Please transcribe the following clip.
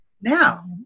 Now